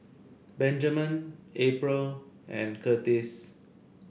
Benjamen April and Curtiss